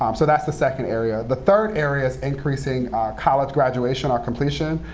um so that's the second area. the third area is increasing college graduation or completion.